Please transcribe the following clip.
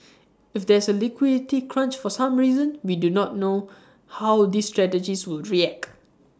if there's A liquidity crunch for some reason we do not know how these strategies would react